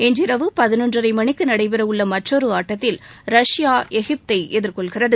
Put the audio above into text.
இன்றிரவு பதினொன்றரை மணிக்கு நடைபெற உள்ள மற்றொரு ஆட்டத்தில் ரஷ்யா எகிப்தை எதிர்கொள்கிறது